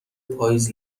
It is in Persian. پاییز